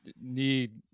need